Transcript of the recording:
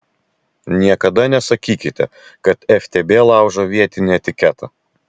niekada nesakykite kad ftb laužo vietinį etiketą